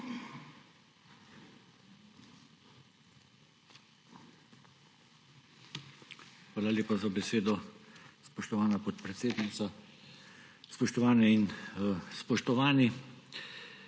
Hvala lepa za besedo, spoštovana podpredsednica. Spoštovane in spoštovani!